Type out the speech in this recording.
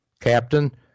captain